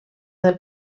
del